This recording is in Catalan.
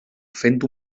fent